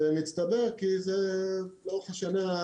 זה מצטבר כי זה לאורך השנה.